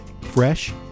fresh